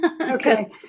Okay